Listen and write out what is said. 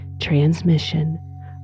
transmission